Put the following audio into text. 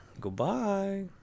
Goodbye